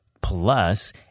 Plus